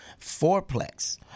fourplex